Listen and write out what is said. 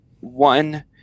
one